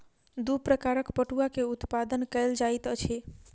दू प्रकारक पटुआ के उत्पादन कयल जाइत अछि